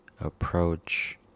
Approach